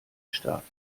staaten